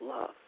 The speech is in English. love